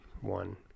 one